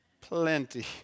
plenty